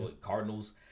Cardinals